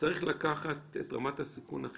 לא